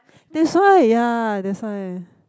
that's why ya that's why